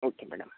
okay madam